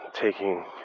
taking